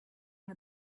and